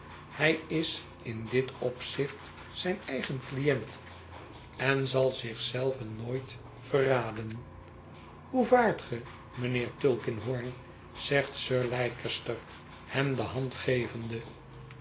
hij is in dit opzicht zijn eigen cliënt en zal zich zelven nooit verraden hoe vaart ge mijnheer tulkinghorn zegt sir leicester hem de hand gevende